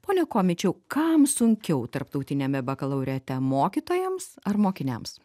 pone komičiau kam sunkiau tarptautiniame bakalaureate mokytojams ar mokiniams